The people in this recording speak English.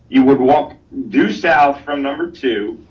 you would walk due south from number two,